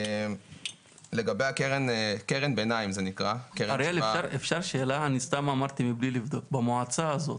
אני אשמח להתייחס במיוחד לנקודה הזו.